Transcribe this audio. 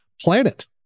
planet